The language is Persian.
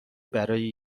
برای